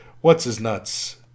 What's-His-Nuts